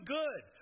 good